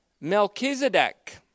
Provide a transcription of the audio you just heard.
Melchizedek